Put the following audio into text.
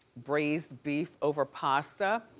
braised beef over pasta,